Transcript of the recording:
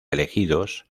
elegidos